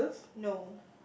no